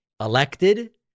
elected